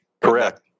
Correct